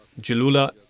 Jalula